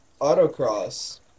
Autocross